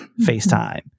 facetime